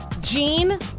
Gene